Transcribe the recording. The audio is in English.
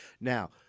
Now